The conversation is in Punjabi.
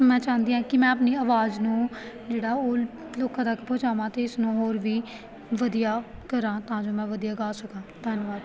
ਮੈਂ ਚਾਹੁੰਦੀ ਹਾਂ ਕਿ ਮੈਂ ਆਪਣੀ ਆਵਾਜ਼ ਨੂੰ ਜਿਹੜਾ ਉਹ ਲੋਕਾਂ ਤੱਕ ਪਹੁੰਚਾਵਾਂ ਅਤੇ ਇਸ ਨੂੰ ਹੋਰ ਵੀ ਵਧੀਆ ਕਰਾਂ ਤਾਂ ਜੋ ਮੈਂ ਵਧੀਆ ਗਾ ਸਕਾਂ ਧੰਨਵਾਦ